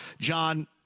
John